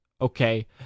Okay